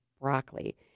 broccoli